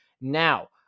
Now